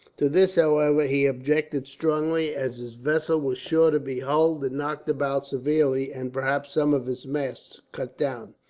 to this, however, he objected strongly, as his vessel was sure to be hulled and knocked about severely, and perhaps some of his masts cut down.